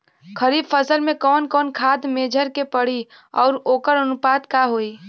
खरीफ फसल में कवन कवन खाद्य मेझर के पड़ी अउर वोकर अनुपात का होई?